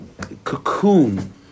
cocoon